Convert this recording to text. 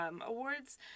Awards